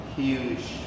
huge